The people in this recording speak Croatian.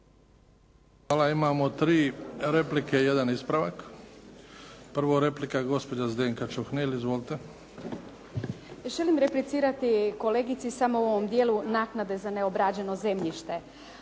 Hvala. Imamo tri replike i jedan ispravak. Prvo replika gospođa Zdenka Čuhnil. Izvolite. **Čuhnil, Zdenka (Nezavisni)** Želim replicirati kolegici samo u ovom dijelu naknade za neobrađeno zemljište.